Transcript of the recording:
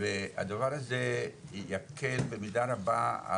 הדבר הזה יקל במידה רבה.